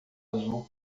azul